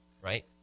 Right